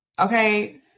Okay